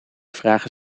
vragen